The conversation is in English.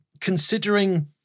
considering